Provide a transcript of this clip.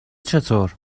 چطور